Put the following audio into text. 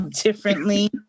differently